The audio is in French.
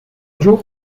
jour